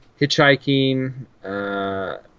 hitchhiking